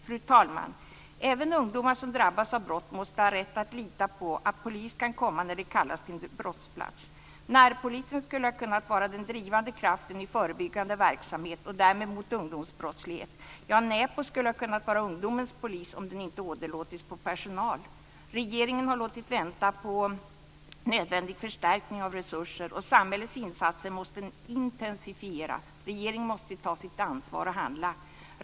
Fru talman! Även ungdomar som drabbas av brott måste ha rätt att lita på att polis kan komma när de kallas till en brottsplats. Närpolisen skulle ha kunnat vara den drivande kraften i förebyggande verksamhet och därmed mot ungdomsbrottslighet. Näpo skulle ha kunnat vara ungdomens polis om den inte åderlåtits på personal. Regeringen har låtit vänta på nödvändig förstärkning av resurser. Och samhällets insatser måste intensifieras. Regeringen måste ta sitt ansvar och handla.